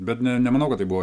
bet ne nemanau kad tai buvo